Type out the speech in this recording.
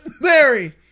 Mary